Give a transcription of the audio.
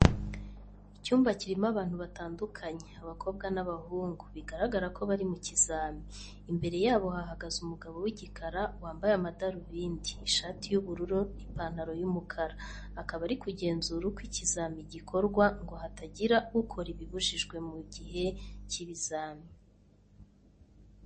Icyumba kirimo abantu batandukanye, abakobwa n'abahungu bigaragara ko bari mu kizami. Imbere yabo hahagaze umugabo w'igikara wambaye amadarubindi, ishati y'ubururu n'ipantaro y'umukara. Akaba ari kugenzura uko ikizami gikorwa ngo hatagira ukora ibibujijwe mu gihe cy'ibizami.